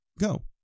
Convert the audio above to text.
go